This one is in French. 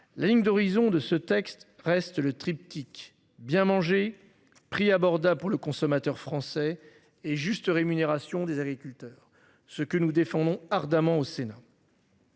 La ligne d'horizon de ce texte reste le triptyque bien mangé prix abordable pour le consommateur français est juste rémunération des agriculteurs. Ce que nous défendons ardemment au Sénat.